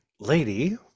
lady